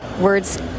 Words